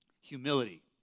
Humility